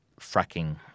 fracking